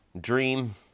dream